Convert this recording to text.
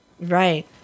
Right